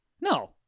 No